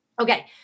Okay